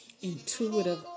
intuitive